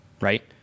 right